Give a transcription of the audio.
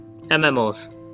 mmos